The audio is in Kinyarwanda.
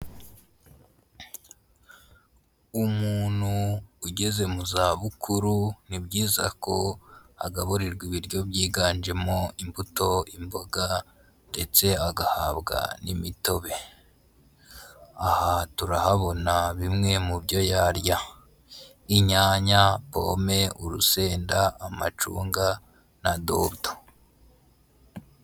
Umuntu ugeze mu zabukuru ni byiza ko agaburirwa ibiryo byiganjemo imbuto, imboga ndetse agahabwa n'imitobe. Aha turahabona bimwe mu byo yarya inyanya, pome, urusenda amacunga na dodo.